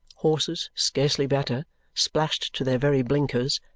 horses, scarcely better splashed to their very blinkers.